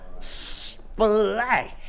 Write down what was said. Splash